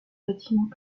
bâtiment